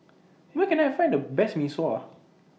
Where Can I Find The Best Mee Sua